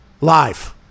live